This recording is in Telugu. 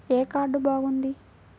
ఏ కార్డు బాగుంది?